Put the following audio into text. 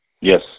Yes